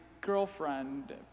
girlfriend